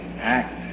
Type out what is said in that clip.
act